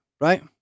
right